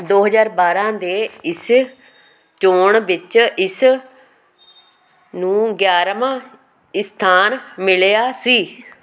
ਦੋ ਹਜ਼ਾਰ ਬਾਰਾਂ ਦੇ ਇਸੇ ਚੋਣ ਵਿੱਚ ਇਸ ਨੂੰ ਗਿਆਰਵਾਂ ਸਥਾਨ ਮਿਲਿਆ ਸੀ